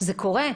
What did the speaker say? זה קורה?